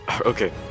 okay